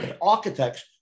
architects